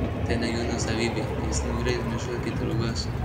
tai ne jų nuosavybė jis niūriai nužvelgė draugus